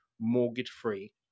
mortgage-free